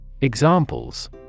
Examples